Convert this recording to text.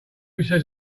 says